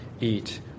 eat